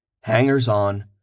hangers-on